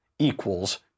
Equals